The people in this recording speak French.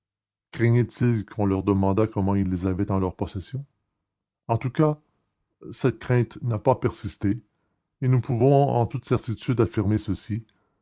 craignaient ils qu'on ne leur demandât comment ils les avaient en leur possession en tout cas cette crainte n'a pas persisté et nous pouvons en toute certitude affirmer ceci